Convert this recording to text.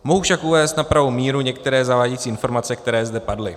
Mohu však uvést na pravou míru některé zavádějící informace, které zde padly.